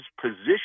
position